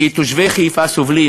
כי תושבי חיפה סובלים,